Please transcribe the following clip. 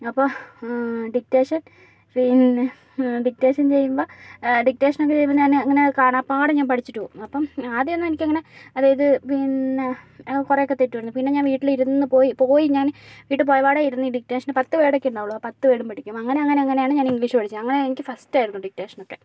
അപ്പോൾ ഡിക്റ്റേഷൻ പിന്നെ ഡിക്റ്റേഷൻ ചെയ്യുമ്പോ ഡിക്റ്റേഷനക്കെ ചെയ്യുമ്പോൾ ഞാന് ഇങ്ങനെ കാണാപാഠം ഞാൻ പഠിച്ചിട്ട് പോകും അപ്പം ആദ്യമൊന്നും എനിക്കങ്ങനെ അതായത് പിന്നെ കുറെയൊക്കെ തെറ്റുമായിരുന്നു പിന്നെ ഞാൻ വീട്ടില് ഇരുന്ന് പോയി പോയി ഞാൻ വീട്ടിൽപോയ പാടെ ഇരുന്ന് ഡിക്റ്റേഷനൊക്കെ പത്ത് വേർഡൊക്കെ ഉണ്ടാവുകയുള്ളു ആ പത്ത് വേർഡും പഠിക്കും അങ്ങനങ്ങനങ്ങനെയാണ് ഞാൻ ഇംഗ്ലീഷ് പഠിച്ചത് അങ്ങനെ എനിക്ക് ഫസ്റ്റായിരുന്നു ഡിക്റ്റേഷനൊക്കെ